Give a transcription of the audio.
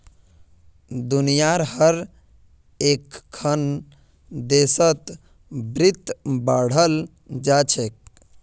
दुनियार हर एकखन देशत वित्त पढ़ाल जा छेक